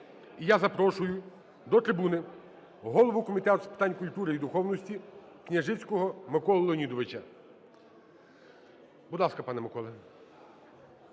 І я запрошую до трибуни голову Комітету з питань культури і духовності Княжицького Миколу Леонідовича. Будь ласка, пане Миколо.